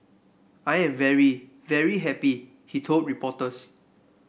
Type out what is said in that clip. I'm very very happy he told reporters